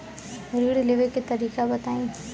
ऋण लेवे के तरीका बताई?